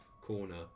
corner